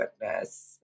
goodness